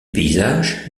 paysages